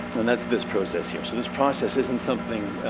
and that's this process here. so this process isn't something